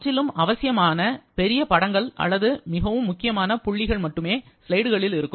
முற்றிலும் அவசியமான பெரிய படங்கள் அல்லது மிகவும் முக்கியமான புள்ளிகள் மட்டுமே ஸ்லைடுகளில் இருக்கும்